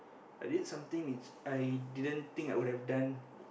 I did something which I didn't think I would have done